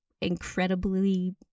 incredibly